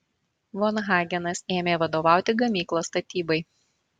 von hagenas ėmė vadovauti gamyklos statybai